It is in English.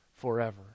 Forever